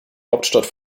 hauptstadt